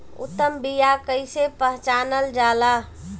उत्तम बीया कईसे पहचानल जाला?